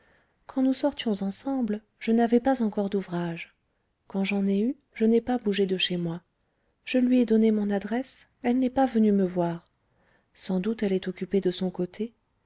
quand nous sortions ensemble je n'avais pas encore d'ouvrage quand j'en ai eu je n'ai pas bougé de chez moi je lui ai donné mon adresse elle n'est pas venue me voir sans doute elle est occupée de son côté